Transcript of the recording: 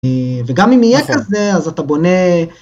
וגם אם יהיה כזה, אז אתה בונה..